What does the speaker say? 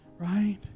Right